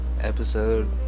Episode